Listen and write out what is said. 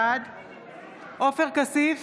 בעד עופר כסיף,